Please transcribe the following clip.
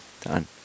done